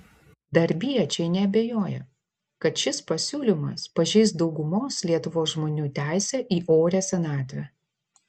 darbiečiai neabejoja kad šis pasiūlymas pažeis daugumos lietuvos žmonių teisę į orią senatvę